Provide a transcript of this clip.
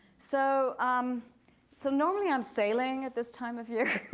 so um so normally, i'm sailing at this time of year.